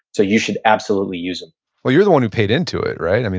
so you should absolutely use them well, you're the one who paid into it, right?